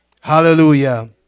Hallelujah